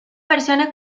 versiones